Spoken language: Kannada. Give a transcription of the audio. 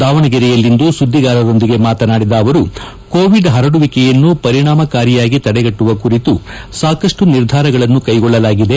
ದಾವಣಗೆರೆಯಲ್ಲಿಂದು ಸುದ್ದಿಗಾರರೊಂದಿಗೆ ಮಾತನಾಡಿದ ಅವರು ಕೋವಿಡ್ ಪರಡುವಿಕೆಯನ್ನು ಪರಿಣಾಮಕಾರಿಯಾಗಿ ತಡೆಗಟ್ಟುವ ಕುರಿತು ಸಾಕಷ್ಟು ನಿರ್ಧಾರಗಳನ್ನು ಕೈಗೊಳ್ಳಲಾಗಿದೆ